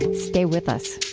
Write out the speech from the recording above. stay with us